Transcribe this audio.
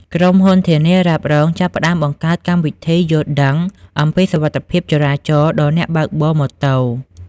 ក្រុមហ៊ុន ធានារ៉ាប់រង ចាប់ផ្ដើមបង្កើតកម្មវិធីយល់ដឹងអំពីសុវត្ថិភាពចរាចរណ៍ដល់អ្នកបើកបរម៉ូតូ។